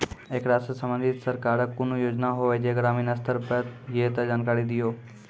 ऐकरा सऽ संबंधित सरकारक कूनू योजना होवे जे ग्रामीण स्तर पर ये तऽ जानकारी दियो?